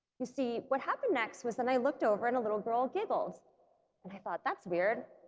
you see what happened next was then i looked over and a little girl giggled and i thought that's weird,